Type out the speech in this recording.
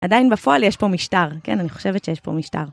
עדיין בפועל יש פה משטר, כן, אני חושבת שיש פה משטר.